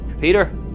peter